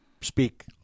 speak